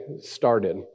started